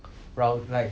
rowd~ like